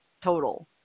total